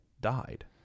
died